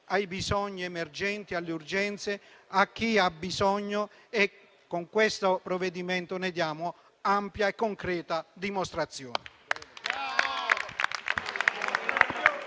ai bisogni emergenti, alle urgenze, a chi ha bisogno. Con questo provvedimento ne diamo ampia e concreta dimostrazione.